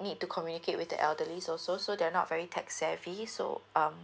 need to communicate with the elderly also so they're not very tech savvy so um